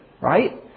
right